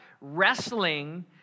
wrestling